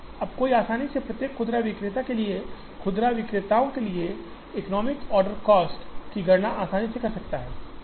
अब कोई आसानी से प्रत्येक खुदरा विक्रेता के लिए खुदरा विक्रेताओं के लिए इकनोमिक आर्डर कॉस्ट की गणना आसानी से कर सकता है